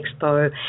expo